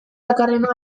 dakarrena